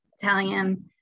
Italian